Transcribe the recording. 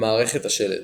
מערכת השלד